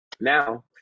Now